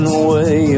away